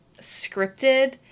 scripted